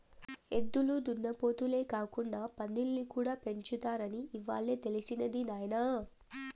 ఎద్దులు దున్నపోతులే కాకుండా పందుల్ని కూడా పెంచుతారని ఇవ్వాలే తెలిసినది నాయన